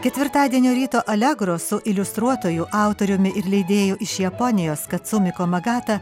ketvirtadienio ryto alegro su iliustruotoju autoriumi ir leidėju iš japonijos katsumi komagata